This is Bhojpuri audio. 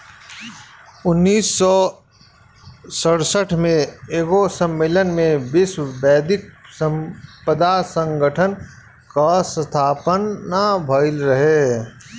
उन्नीस सौ सड़सठ में एगो सम्मलेन में विश्व बौद्धिक संपदा संगठन कअ स्थापना भइल रहे